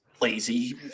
lazy